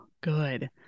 good